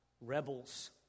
rebels